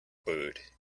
bird